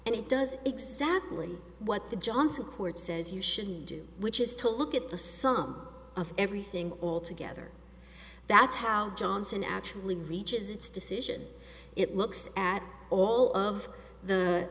and it does exactly what the johnson court says you should do which is to look at the sum of everything all together that's how johnson actually reaches its decision it looks at all of